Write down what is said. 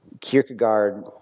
Kierkegaard